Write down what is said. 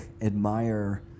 admire